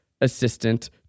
assistant